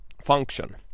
function